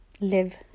live